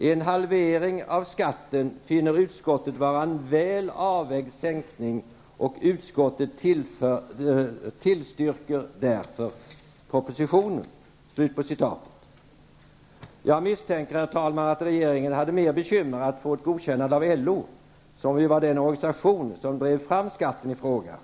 ''En halvering av skatten finner utskottet vara en väl avvägd sänkning, och utskottet tillstyrker därför propositionen.'' Jag misstänker, herr talman, att regeringen hade mera bekymmer att få ett godkännande av LO, som ju var den organisation som drev fram skatten i fråga.